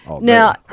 now